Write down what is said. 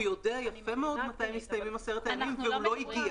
והוא יודע יפה מאוד מתי מסתיימים עשרת הימים והוא לא הגיע.